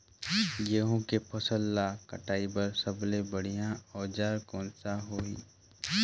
गहूं के फसल ला कटाई बार सबले बढ़िया औजार कोन सा होही?